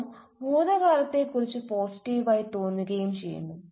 ഒപ്പം ഭൂതകാലത്തെക്കുറിച്ച് പോസിറ്റീവായി തോന്നുകയും ചെയ്യുന്നു